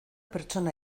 pertsona